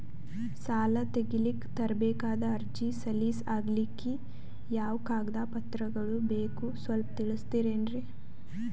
ಸಾಲ ತೆಗಿಲಿಕ್ಕ ತರಬೇಕಾದ ಅರ್ಜಿ ಸಲೀಸ್ ಆಗ್ಲಿಕ್ಕಿ ಯಾವ ಕಾಗದ ಪತ್ರಗಳು ಬೇಕು ಸ್ವಲ್ಪ ತಿಳಿಸತಿರೆನ್ರಿ?